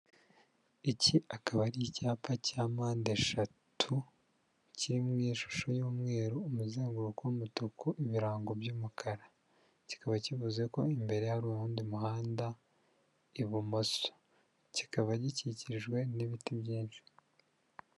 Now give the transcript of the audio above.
Iki akaba ari icyapa cya mpande eshatu kiri mu ishusho y'umweru umuzenguruko w'umutuku ibirango by'umukara, kikaba kivuze ko imbere hari uwundi muhanda ibumoso, kikaba gikikijwe n'ibiti byinshi.